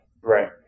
Right